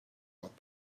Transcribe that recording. what